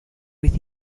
with